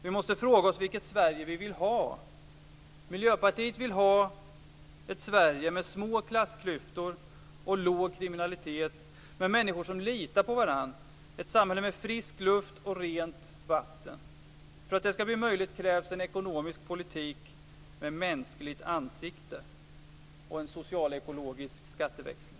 Vi måste fråga oss vilket Sverige vi vill ha. Miljöpartiet vill ha ett Sverige med små klassklyftor och låg kriminalitet, med människor som litar på varandra, ett samhälle med frisk luft och rent vatten. För att det skall bli möjligt krävs en ekonomisk politik med mänskligt ansikte och en socialekologisk skatteväxling.